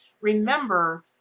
remember